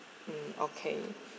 mm okay